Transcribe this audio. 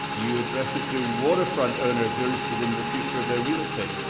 you address it to waterfront owners who are interested in the future of their real estate.